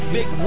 Big